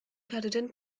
cerdyn